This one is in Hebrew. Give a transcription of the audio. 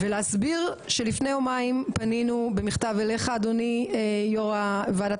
ולהסביר שלפני יומיים פנינו במכתב אליך אדוני יו"ר ראש ועדת